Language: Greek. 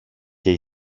και